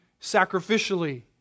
sacrificially